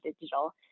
digital